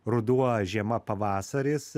ruduo žiema pavasaris